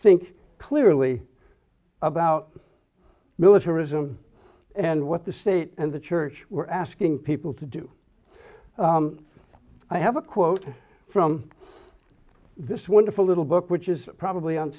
think clearly about militarism and what the state and the church were asking people to do i have a quote from this wonderful little book which is probably